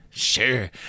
Sure